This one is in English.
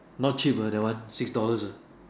not cheap ah that one six dollars ah